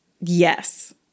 yes